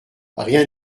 rien